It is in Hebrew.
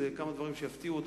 זה כמה דברים שיפתיעו אותך.